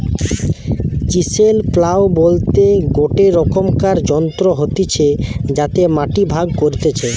chisel plough বলতে গটে রকমকার যন্ত্র হতিছে যাতে মাটি ভাগ করতিছে